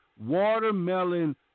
Watermelon